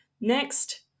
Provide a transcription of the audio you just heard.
next